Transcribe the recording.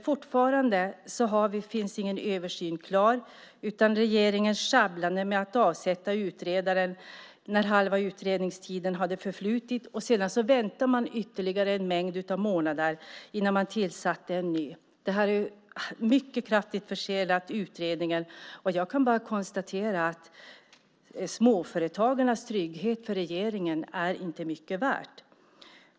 Fortfarande finns ingen översyn klar utan regeringens sjabblande med att avsätta utredaren när halva utredningstiden hade förflutit och att sedan vänta ytterligare flera månader innan en ny utredare tillsattes har kraftigt försenat utredningen. Jag kan bara konstatera att småföretagarens trygghet inte är mycket värd för regeringen.